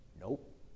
nope